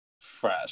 fresh